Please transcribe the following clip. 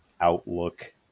outlook